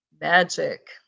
magic